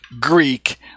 Greek